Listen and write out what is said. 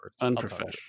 Unprofessional